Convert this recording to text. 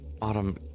Autumn